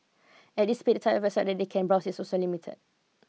at this speed the type of websites that they can browse is also limited